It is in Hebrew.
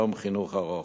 יום חינוך ארוך.